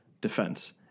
defense